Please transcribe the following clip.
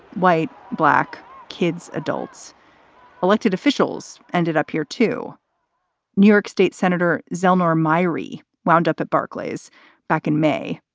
white, black kids, adults elected officials ended up here to new york state senator zelma amiry, wound up at barclays back in may.